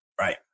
Right